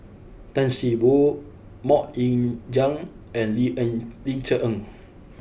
Tan See Boo Mok Ying Jang and Ling Eng Ling Cher Eng